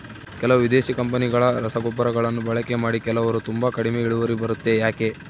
ಕೆಲವು ವಿದೇಶಿ ಕಂಪನಿಗಳ ರಸಗೊಬ್ಬರಗಳನ್ನು ಬಳಕೆ ಮಾಡಿ ಕೆಲವರು ತುಂಬಾ ಕಡಿಮೆ ಇಳುವರಿ ಬರುತ್ತೆ ಯಾಕೆ?